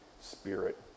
Spirit